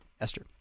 Esther